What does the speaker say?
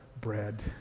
bread